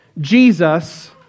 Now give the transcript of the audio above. Jesus